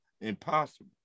Impossible